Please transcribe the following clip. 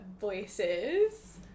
voices